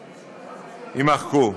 יימחקו".